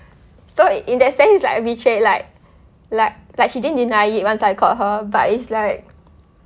so in that sense it's like a betray like like like she didn't deny it once I caught her but it's like